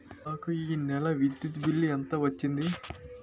నాకు ఈ నెల విద్యుత్ బిల్లు ఎంత వచ్చింది?